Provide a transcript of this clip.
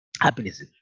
happiness